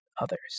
others